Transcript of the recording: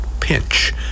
pinch